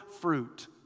fruit